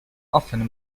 often